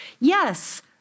Yes